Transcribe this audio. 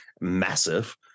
massive